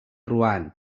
ruan